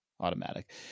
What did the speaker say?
automatic